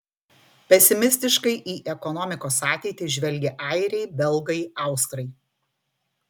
pesimistiškai į ekonomikos ateitį žvelgia airiai belgai austrai